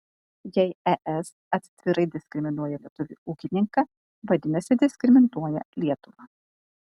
jei es atvirai diskriminuoja lietuvį ūkininką vadinasi diskriminuoja lietuvą